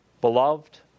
beloved